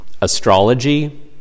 astrology